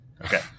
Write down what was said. Okay